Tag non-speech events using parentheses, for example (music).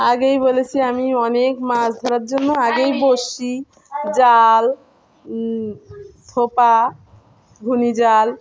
আগেই বলেছি আমি অনেক মাছ ধরার জন্য আগেই বড়শি জাল (unintelligible) ঘূর্ণি জাল